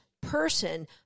person